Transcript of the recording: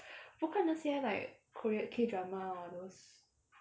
我看那些 like korean K drama all those